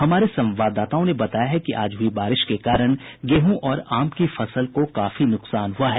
हमारे संवाददाताओं ने बताया है कि आज हुई बारिश के कारण गेहूं और आम की फसल को काफी नुकसान पहुंचा है